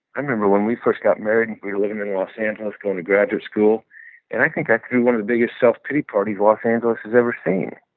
i remember when we first got married, we're living in los angeles, going to graduate school and i think actually, one of the biggest self-pity parties los angeles has ever seen.